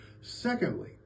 Secondly